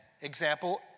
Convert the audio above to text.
example